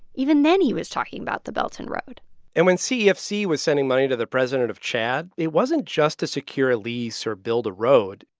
even then he was talking about the belt and road and when cefc was sending money to the president of chad, it wasn't just to secure a lease or build a road.